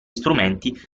strumenti